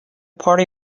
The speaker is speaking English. party